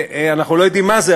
שאנחנו לא יודעים מה זה,